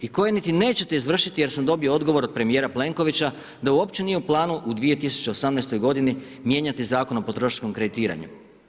I koje niti nećete izvršiti jer sam dobio odgovor od premijera Plenkovića da uopće nije u planu u 2018. godini mijenjati Zakon o potrošačkom kreditiranju.